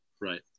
Right